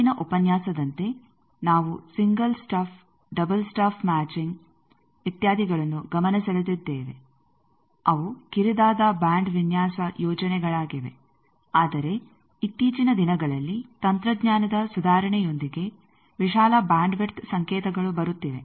ಹಿಂದಿನ ಉಪನ್ಯಾಸದಂತೆ ನಾವು single stub double stub matching ಇತ್ಯಾದಿಗಳನ್ನು ಗಮನಸೆಳೆದಿದ್ದೇವೆ ಅವು ಕಿರಿದಾದ ಬ್ಯಾಂಡ್ ವಿನ್ಯಾಸ ಯೋಜನೆಗಳಾಗಿವೆ ಆದರೆ ಇತ್ತೀಚಿನ ದಿನಗಳಲ್ಲಿ ತಂತ್ರಜ್ಞಾನದ ಸುಧಾರಣೆಯೊಂದಿಗೆ ವಿಶಾಲ ಬ್ಯಾಂಡ್ ವಿಡ್ತ್ ಸಂಕೇತಗಳು ಬರುತ್ತಿವೆ